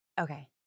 Okay